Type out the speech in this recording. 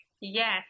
Yes